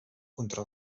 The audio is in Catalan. contra